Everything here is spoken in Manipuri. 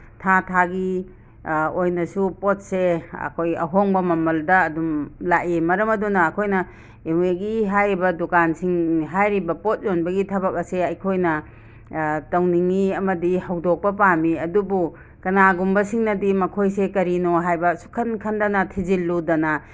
ꯊꯥ ꯊꯥꯒꯤ ꯑꯣꯏꯅꯁꯨ ꯄꯣꯠꯁꯦ ꯑꯩꯈꯣꯏ ꯑꯍꯣꯡꯕ ꯃꯃꯜꯗ ꯑꯗꯨꯝ ꯂꯥꯛꯏ ꯃꯔꯝ ꯑꯗꯨꯅ ꯑꯩꯈꯣꯏꯅ ꯑꯦꯝꯋꯦꯒꯤ ꯍꯥꯏꯔꯤꯕ ꯗꯨꯀꯥꯟꯁꯤꯡ ꯍꯥꯏꯔꯤꯕ ꯄꯣꯠ ꯌꯣꯟꯕꯒꯤ ꯊꯕꯛ ꯑꯁꯦ ꯑꯩꯈꯣꯏꯅ ꯇꯧꯅꯤꯡꯉꯤ ꯑꯃꯗꯤ ꯍꯧꯗꯣꯛꯄ ꯄꯥꯝꯃꯤ ꯑꯗꯨꯕꯨ ꯀꯅꯥꯒꯨꯝꯕꯁꯤꯡꯅꯁꯨ ꯃꯈꯣꯏꯁꯦ ꯀꯔꯤꯅꯣ ꯍꯥꯏꯕ ꯁꯨꯛꯈꯟ ꯈꯟꯗꯅ ꯊꯤꯖꯤꯜꯂꯨꯗꯅ